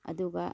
ꯑꯗꯨꯒ